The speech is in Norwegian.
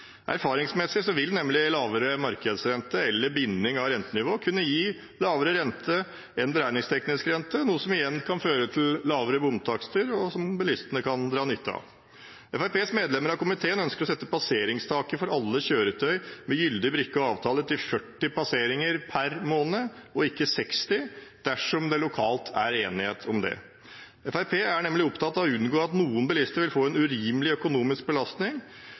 Erfaringsmessig vil lavere markedsrente eller binding av rentenivå kunne gi lavere rente enn beregningsteknisk rente, noe som igjen kan føre til lavere bompengetakster, som bilistene kan dra nytte av. Fremskrittspartiets medlemmer av komiteen ønsker å sette passeringstaket for alle kjøretøy med gyldig brikke og avtale til 40 passeringer per måned og ikke 60 passeringer, dersom det lokalt er enighet om det. Fremskrittspartiet er nemlig opptatt av å unngå at noen bilister vil få en urimelig økonomisk belastning,